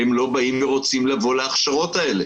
הם לא רוצים לבוא להכשרות האלה